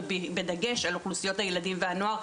ובדגש על אוכלוסיות הילדים והנוער,